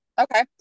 okay